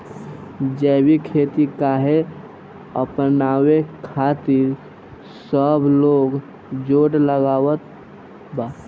जैविक खेती काहे अपनावे खातिर सब लोग जोड़ लगावत बा?